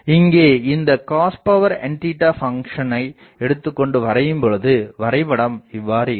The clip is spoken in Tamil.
இங்கே இந்த cosn பங்க்ஷனை எடுத்துக்கொண்டு வரையும் பொழுது வரைபடம் இவ்வாறு இருக்கும்